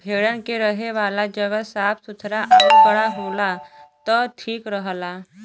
भेड़न के रहे वाला जगह साफ़ सुथरा आउर बड़ा होला त ठीक रहला